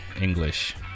English